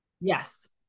Yes